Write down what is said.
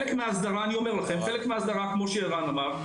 כמו שערן אמר,